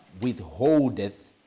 withholdeth